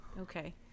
Okay